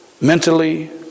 mentally